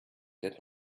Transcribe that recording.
did